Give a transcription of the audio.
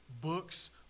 books